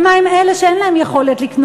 כי הענקה שלהם בכלל לא מבוססת על תפיסה של